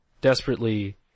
desperately